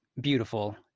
beautiful